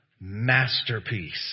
masterpiece